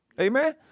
Amen